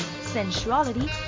sensuality